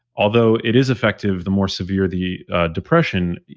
although it is effective the more severe the depression,